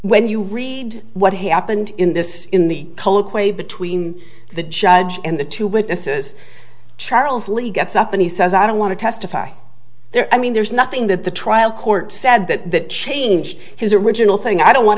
when you read what happened in this in the cult way between the judge and the two witnesses charles lee gets up and he says i don't want to testify there i mean there's nothing that the trial court said that changed his original thing i don't want